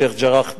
שיח'-ג'ראח,